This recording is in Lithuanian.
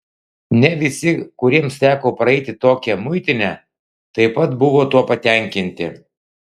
ne visi kuriems teko praeiti tokią muitinę taip pat buvo tuo patenkinti